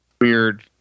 weird